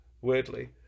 weirdly